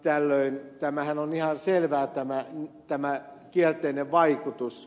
tällöin tämähän on ihan selvä tämä kielteinen vaikutus